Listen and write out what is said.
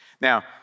Now